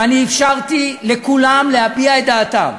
ואני אפשרתי לכולם להביע את דעתם,